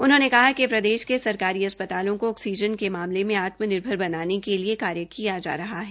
उन्होंने कहा कि प्रदेश के सरकारी अस्प्तालों को आक्सीजन के मामले में आत्मनिर्भर बनाने के लिए काय्र किया जा रहा है